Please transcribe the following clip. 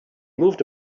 moved